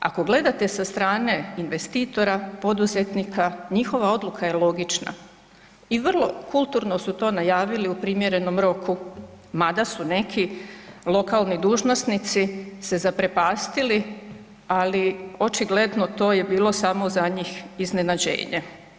Ako gledate sa strane investitora, poduzetnika njihova odluka je logična i vrlo kulturno su to najavili u primjerenom roku, mada su neki lokalni dužnosnici se zaprepastili, ali očigledno to je bilo samo za njih iznenađenje.